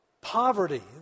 poverty